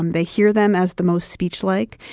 um they hear them as the most speech-like.